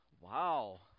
Wow